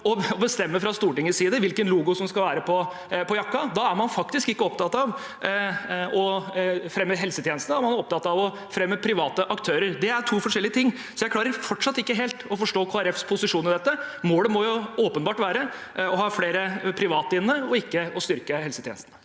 å bestemme fra Stortingets side hvilken logo som skal være på jakken. Da er man ikke opptatt av å fremme helsetjenestene – man er opptatt av å fremme private aktører. Det er to forskjellige ting, så jeg klarer fortsatt ikke helt å forstå Kristelig Folkepartis posisjon i dette. Målet må åpenbart være å ha flere private inne og ikke å styrke helsetjenestene.